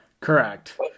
correct